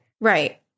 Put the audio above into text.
Right